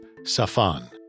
Safan